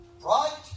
Right